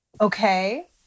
Okay